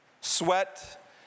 sweat